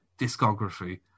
discography